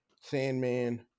sandman